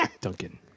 Duncan